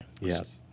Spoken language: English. Yes